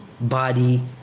body